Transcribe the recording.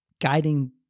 guiding